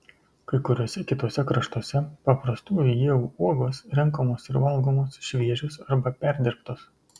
kai kuriuose kituose kraštuose paprastųjų ievų uogos renkamos ir valgomos šviežios arba perdirbtos